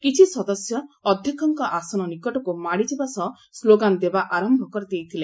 କିଛି ସଦସ୍ୟ ଅଧ୍ୟକଙ୍କ ଆସନ ନିକଟକୁ ମାଡ଼ିଯିବା ସହ ସ୍ଲୋଗାନ ଦେବା ଆରମ୍ଭ କରିଦେଇଥିଲେ